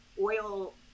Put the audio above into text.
oil